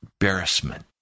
embarrassment